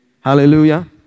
Hallelujah